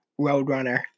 Roadrunner